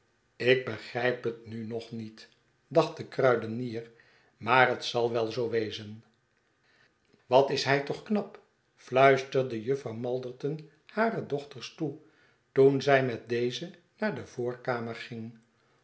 ik begrijp het nu nog niet dacht de kruidenier maar het zal wel zoo wezen wat is hij toch knap ftuisterde jufvrouw malderton hare dochters toe toen zij met deze naar de voorkamer ging